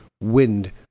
wind